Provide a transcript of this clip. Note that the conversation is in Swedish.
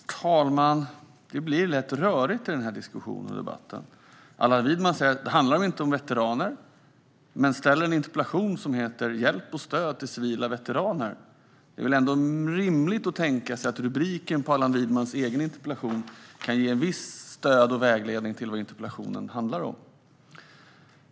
Herr talman! Det blir lätt rörigt i denna diskussion och debatt. Allan Widman säger att det inte handlar om veteraner men ställer en interpellation som heter: Hjälp och stöd till civila veteraner. Det är väl ändå rimligt att tänka sig att rubriken på Allan Widmans interpellation kan ge ett visst stöd och en viss vägledning till vad interpellationen handlar om.